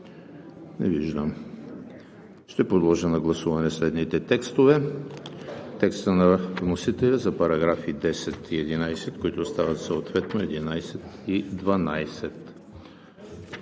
Не виждам. Подлагам на гласуване следните текстове: текста на вносителя за параграфи 10 и 11, които стават съответно